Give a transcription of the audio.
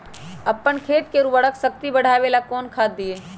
अपन खेत के उर्वरक शक्ति बढावेला कौन खाद दीये?